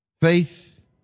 faith